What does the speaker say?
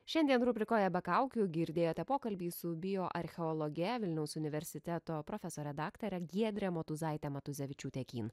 šiandien rubrikoje be kaukių girdėjote pokalbį su bioarcheologe vilniaus universiteto profesore daktare giedrė motuzaitė matuzevičiūtė kyn